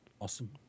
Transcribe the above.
Awesome